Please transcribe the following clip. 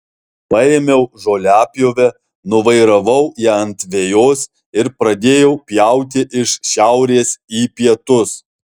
paėmiau žoliapjovę nuvairavau ją ant vejos ir pradėjau pjauti iš šiaurės į pietus